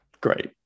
Great